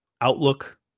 outlook